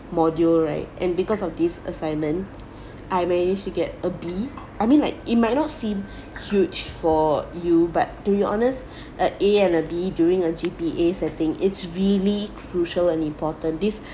module right and because of this assignment I managed to get a B I mean like it might not seem huge for you but to be honest a A and a B during a G_P_A setting its really crucial and important this